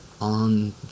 on